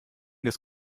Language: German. des